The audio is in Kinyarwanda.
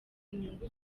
inyungu